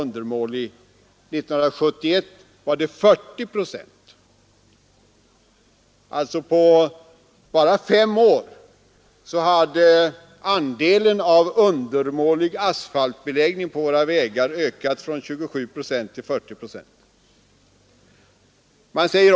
År 1971 var det 40 procent. På bara fem år hade alltså andelen undermålig asfaltbeläggning på våra vägar ökat från 27 procent till 40 procent.